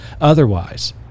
Otherwise